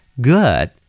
Good